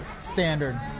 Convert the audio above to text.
standard